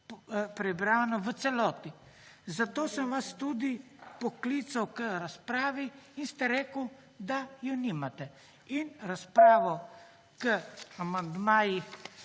prebrano v celoti. Zato sem vas tudi poklical k razpravi in ste rekli, da je nimate. In razpravo o amandmajih